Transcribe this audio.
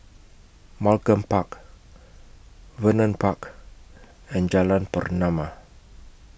Malcolm Park Vernon Park and Jalan Pernama